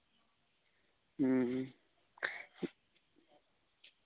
ᱦᱩᱸ